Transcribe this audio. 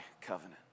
covenant